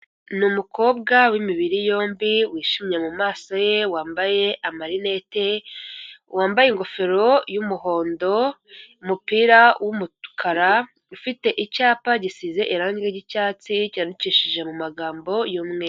Ni umukobwa w'imibiri yombi wishimye mumaso ye wambaye amarinete, wambaye ingofero y'umuhondo umupira w'umukara, ufite icyapa gisize irangi ry'icyatsi cyandikishije mu magambo y'umweru.